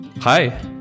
Hi